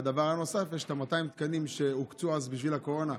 והדבר הנוסף: יש את 200 התקנים שהוקצו אז בשביל הקורונה,